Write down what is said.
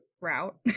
Route